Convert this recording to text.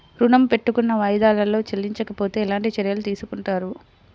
ఋణము పెట్టుకున్న వాయిదాలలో చెల్లించకపోతే ఎలాంటి చర్యలు తీసుకుంటారు?